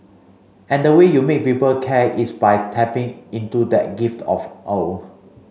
and the way you make people care is by tapping into that gift of awe